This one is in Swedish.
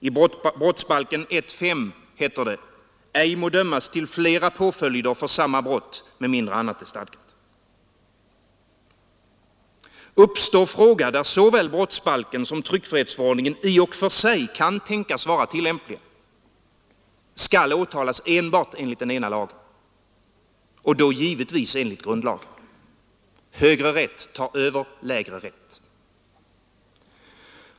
I brottsbalken 1 kap. 58 heter det: ”Ej må dömas till flera påföljder för samma brott, med mindre annat är stadgat.” Uppstår fråga där såväl brottsbalken som tryckfrihetsförordningen i och för sig kan tänkas vara tillämpliga skall åtalas enbart enligt den ena lagen, och då givetvis enligt grundlagen. Högre rätt tar över lägre rätt.